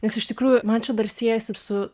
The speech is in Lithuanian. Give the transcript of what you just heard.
nes iš tikrųjų man čia dar siejasi su